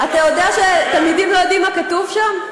אתה יודע שתלמידים לא יודעים מה כתוב שם?